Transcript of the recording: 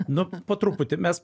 nu po truputį mes